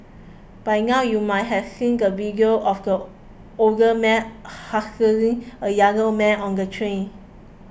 by now you might have seen the video of the older man hassling a younger man on the train